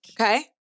Okay